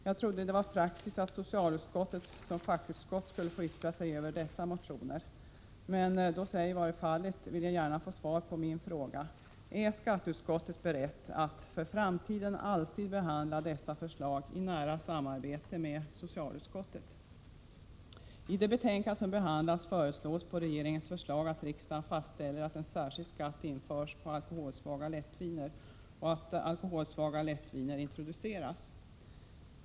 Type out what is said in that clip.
Jag trodde att det var praxis att socialutskottet som fackutskott skulle få yttra sig över dessa motioner, men då så ej har varit fallet vill jag gärna få svar på min fråga: Är skatteutskottet berett att för framtiden alltid behandla dessa förslag i nära samarbete med socialutskottet? I det betänkande som behandlas föreslås på basis av regeringens förslag att riksdagen fastställer att en särskild skatt införs på alkoholsvaga lättviner och att alkoholsvaga lättviner introduceras.